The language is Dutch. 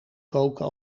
koken